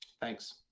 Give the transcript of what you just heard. Thanks